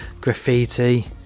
graffiti